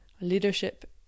Leadership